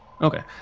Okay